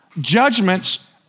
judgments